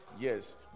Yes